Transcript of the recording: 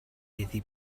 iddi